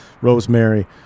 rosemary